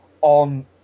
on